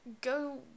go